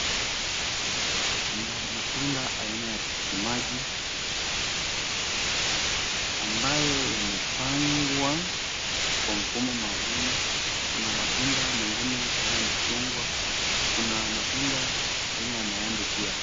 Kuna matunda aina ya tikiti maji ambayo yamepangwa kwa mfumo maalum, kuna matunda mengine aina ya machungwa, kuna matunda aina ya maembe pia.